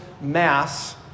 mass